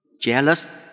jealous